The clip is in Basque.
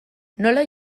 nola